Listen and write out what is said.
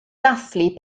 dathlu